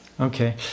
Okay